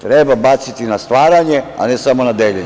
Treba baciti na stvaranje, a ne samo na deljenje.